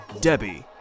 Debbie